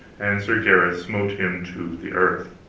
and sir gareth smote him to the earth.